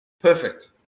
Perfect